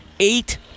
Eight